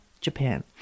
Japan